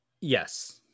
Yes